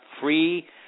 free